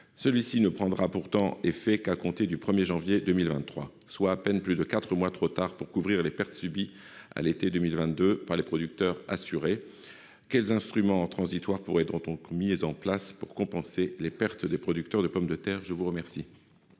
celui-ci ne prendra pourtant effet qu'à compter du 1er janvier 2023, soit à peine plus de 4 mois trop tard pour couvrir les pertes subies à l'été 2022 par les producteurs assuré quels instruments transitoire pourrait donc mis en place pour compenser les pertes des producteurs de pommes de terre, je vous remercie.